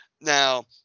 Now